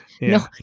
No